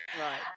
Right